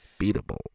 beatable